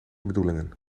bedoelingen